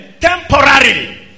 temporarily